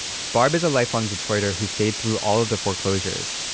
barb is a lifelong detroiter who stayed through all of the foreclosures.